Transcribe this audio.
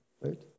right